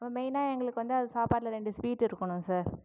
மெய்ன்னா எங்களுக்கு வந்து அது சாப்பாட்டில் ரெண்டு ஸ்வீட் இருக்கணும் சார்